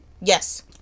Yes